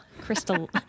crystal